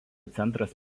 centras